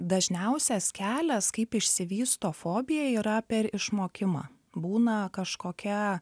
dažniausias kelias kaip išsivysto fobija yra per išmokimą būna kažkokia